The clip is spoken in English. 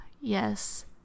yes